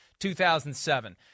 2007